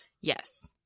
Yes